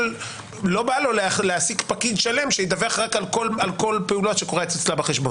לא בא לו להעסיק פקיד שלם שידווח רק על כל פעולה שקורית אצלה בחשבון.